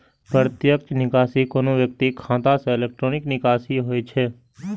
प्रत्यक्ष निकासी कोनो व्यक्तिक खाता सं इलेक्ट्रॉनिक निकासी होइ छै